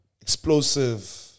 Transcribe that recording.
explosive